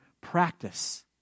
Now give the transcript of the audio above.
practice